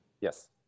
Yes